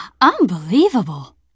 unbelievable